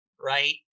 right